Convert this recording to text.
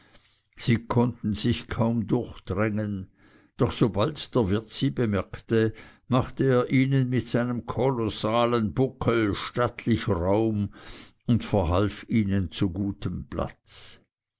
sie konnten sich kaum durchdrängen doch sobald der wirt sie bemerkte machte er ihnen mit seinem kolossalen buckel stattlich raum und verhalf ihnen zu gutem platz